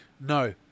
No